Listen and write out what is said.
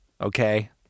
okay